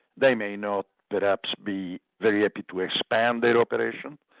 they may not perhaps be very happy to expand their operation,